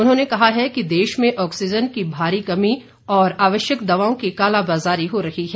उन्होंने कहा है कि देश में ऑक्सीज़न की भारी कमी और आवश्यक दवाओं की काला बाजारी हो रही है